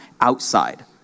outside